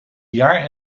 jaar